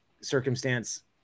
circumstance